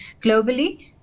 globally